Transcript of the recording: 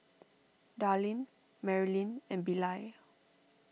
Darlyne Marylyn and Bilal